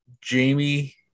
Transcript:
Jamie